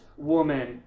woman